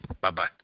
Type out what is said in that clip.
Bye-bye